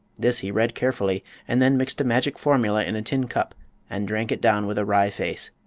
this he read carefully and then mixed a magic formula in a tin cup and drank it down with a wry face.